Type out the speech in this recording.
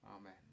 Amen